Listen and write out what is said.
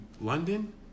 London